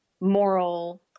moral